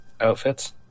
outfits